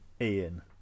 Ian